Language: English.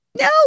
No